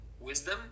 wisdom